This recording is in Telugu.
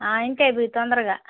ఇంకేమీ తొందరగా